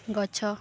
ଗଛ